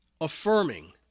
affirming